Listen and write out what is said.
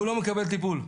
והוא לא מקבל טיפול.